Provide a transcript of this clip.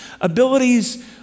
abilities